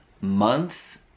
months